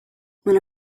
when